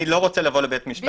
אני לא רוצה לבוא לבית משפט.